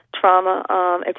trauma